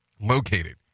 located